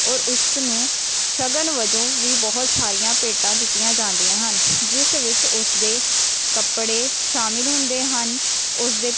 ਔਰ ਉਸ ਨੂੰ ਸ਼ਗਨ ਵਜੋਂ ਵੀ ਬਹੁਤ ਸਾਰੀਆਂ ਭੇਟਾਂ ਦਿੱਤੀਆਂ ਜਾਂਦੀਆਂ ਹਨ ਜਿਸ ਵਿੱਚ ਉਸ ਦੇ ਕੱਪੜੇ ਸ਼ਾਮਿਲ ਹੁੰਦੇ ਹਨ ਉਸ ਦੇ